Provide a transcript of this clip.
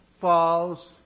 falls